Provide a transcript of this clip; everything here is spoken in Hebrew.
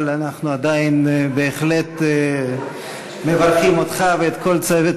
אבל אנחנו עדיין בהחלט מברכים אותך ואת כל צוות